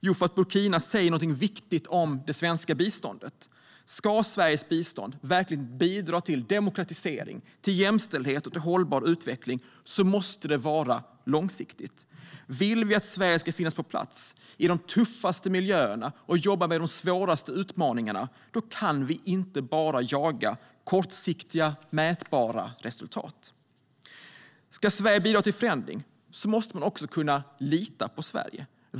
Jo, för att Burkina Faso säger något viktigt om vårt bistånd. Ska svenskt bistånd bidra till demokratisering, jämställdhet och hållbar utveckling måste det vara långsiktigt. Vill vi att Sverige ska finnas på plats i de tuffaste miljöerna och jobba med de svåraste utmaningarna kan vi inte bara jaga kortsiktiga mätbara resultat. Ska Sverige bidra till förändring måste man kunna lita på Sverige.